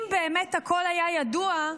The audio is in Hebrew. אם באמת הכול היה ידוע,